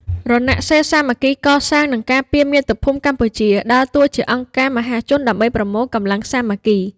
រណសិរ្សសាមគ្គីកសាង និងការពារមាតុភូមិកម្ពុជា ដើរតួជាអង្គការមហាជនដើម្បីប្រមូលកម្លាំងសាមគ្គី។